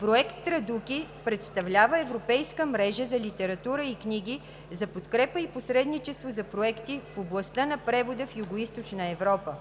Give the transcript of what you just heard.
Проект „Традуки“ представлява Европейска мрежа за литература и книги за подкрепа и посредничество за проекти в областта на превода в Югоизточна Европа.